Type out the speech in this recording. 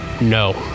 no